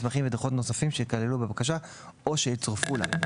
מסמכים ודוחות נוספים שייכללו בבקשה או שיצורפו לה.